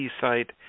site